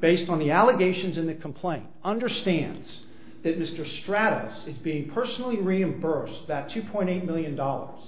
based on the allegations in the complaint understands that mr stratus is being personally reimburse that two point eight million dollars